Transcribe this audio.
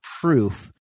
proof